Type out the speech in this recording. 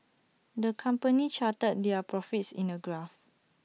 the company charted their profits in A graph